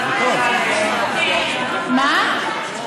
רוברט,